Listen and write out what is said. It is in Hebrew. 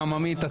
לא,